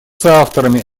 соавторами